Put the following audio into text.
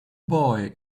boy